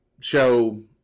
show